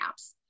apps